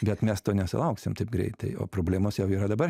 bet mes to nesulauksim taip greitai o problemos jau yra dabar